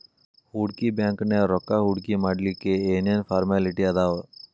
ಹೂಡ್ಕಿ ಬ್ಯಾಂಕ್ನ್ಯಾಗ್ ರೊಕ್ಕಾ ಹೂಡ್ಕಿಮಾಡ್ಲಿಕ್ಕೆ ಏನ್ ಏನ್ ಫಾರ್ಮ್ಯಲಿಟಿ ಅದಾವ?